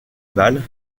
mâle